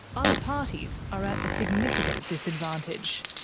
other parties are at a significant disadvantage.